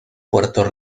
puerto